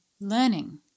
learning